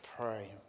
pray